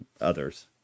others